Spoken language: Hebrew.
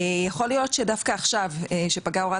יכול להיות שדווקא עכשיו כשפקעה הוראת